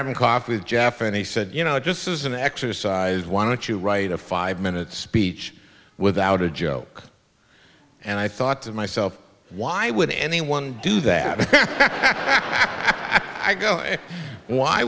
having coffee with jeff and he said you know just as an exercise why don't you write a five minute speech without a joke and i thought to myself why would anyone do that i go why